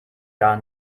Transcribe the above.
gar